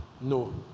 no